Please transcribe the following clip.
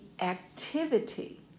activity